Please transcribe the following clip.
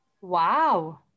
Wow